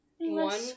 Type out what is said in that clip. One